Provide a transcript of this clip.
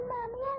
Mommy